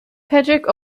patrick